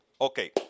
Okay